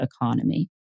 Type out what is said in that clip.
economy